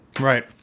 Right